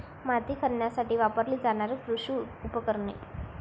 माती खणण्यासाठी वापरली जाणारी कृषी उपकरणे